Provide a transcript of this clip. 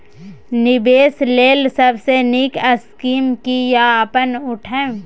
निवेश लेल सबसे नींक स्कीम की या अपन उठैम?